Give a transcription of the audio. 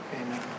Amen